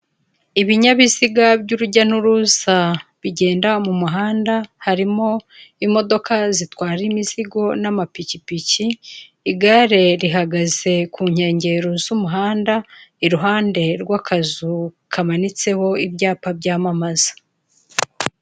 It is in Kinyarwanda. Ibinyabiziga by'urujya n'uruza bigenda mu muhanda harimo imodoka zitwara imizigo n'amapikipiki ,igare rihagaze ku nkengero z'umuhanda iruhande rw'akazu kamanitseho ibyapa byamamaza.